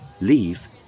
leave